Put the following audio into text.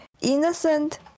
innocent